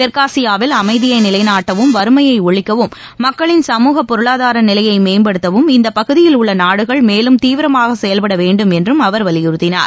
தெற்காசியாவில் அமைதியை நிலைநாட்டவும் வறுமையை ஒழிக்கவும் மக்களின் சமூக பொருளாதார நிலையை மேம்படுத்தவும் இந்தப் பகுதியில் உள்ள நாடுகள் மேலும் தீவிரமாக செயல்படவேண்டும் என்றும் அவர் வலியுறுத்தினார்